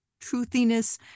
truthiness